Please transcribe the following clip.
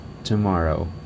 tomorrow